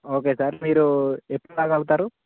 okay sir మీరు ఎప్పుడు రాగలుగుతారు